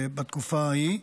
בתקופה ההיא,